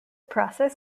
process